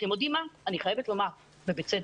אני חייבת לומר, ובצדק,